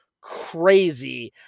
crazy